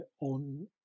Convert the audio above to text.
on